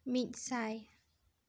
ᱢᱤᱫ ᱥᱟᱭ